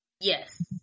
Yes